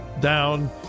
down